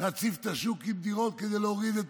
להציף את השוק בדירות כדי להוריד את